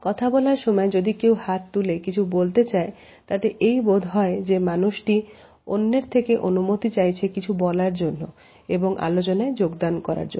কথা বলার সময় যদি কেউ হাত তুলে কিছু বলতে চায় তাতে এই বোধ হয় যে মানুষটি অন্যের থেকে অনুমতি চাইছে কিছু বলার জন্য এবং আলোচনায় যোগদান করার জন্য